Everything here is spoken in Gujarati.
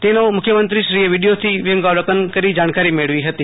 તેનો મુખ્યમંત્રીશ્રીએ વિડીયોથી વિફંગાવલોકન કરી જાણકારી મેળવી હતી